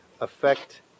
affect